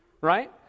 right